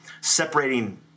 separating